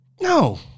No